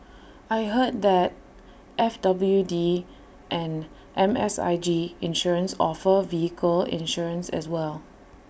I heard that F W D and M S I G insurance offer vehicle insurance as well